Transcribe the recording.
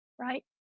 Right